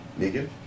Negan